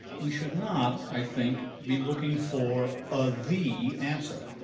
we should not, i think, be looking for um the answer.